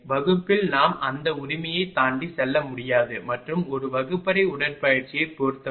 வகுப்பில் நாம் அந்த உரிமையைத் தாண்டி செல்ல முடியாது மற்றும் ஒரு வகுப்பறை உடற்பயிற்சியைப் பொறுத்தவரை